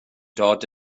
dod